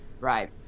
Right